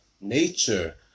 nature